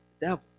devil